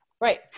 right